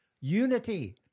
unity